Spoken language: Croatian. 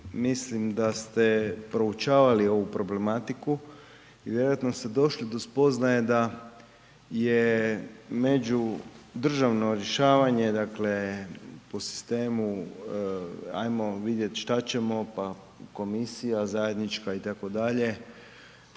mislim da ste proučavali ovu problematiku i vjerojatno ste došli do spoznaje da je međudržavno rješavanje, dakle po sistemu ajmo vidjeti šta ćemo pa komisija zajednička itd.,